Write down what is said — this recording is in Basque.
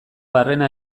barrena